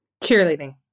Cheerleading